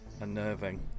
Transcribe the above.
unnerving